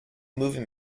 movie